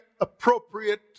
appropriate